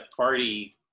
party